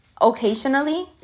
occasionally